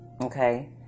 Okay